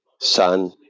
son